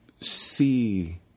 see